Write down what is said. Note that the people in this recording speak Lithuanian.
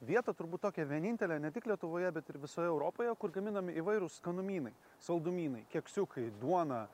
vietą turbūt tokia vienintelę ne tik lietuvoje bet ir visoje europoje kur gaminami įvairūs skanumynai saldumynai keksiukai duona